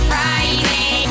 Friday